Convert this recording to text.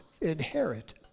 inherit